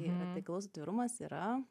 radikalus atvirumas